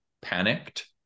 panicked